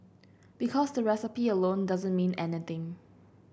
because the recipe alone doesn't mean anything